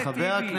חבר הכנסת טיבי.